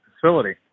facility